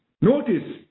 Notice